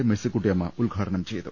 മേഴ് സിക്കുട്ടിയമ്മ ഉദ്ഘാടനം ചെയ്തു